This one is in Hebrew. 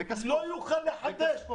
לא יוכל לחדש.